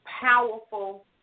powerful